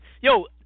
yo